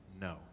no